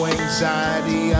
anxiety